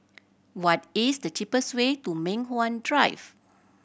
what is the cheapest way to Mei Hwan Drive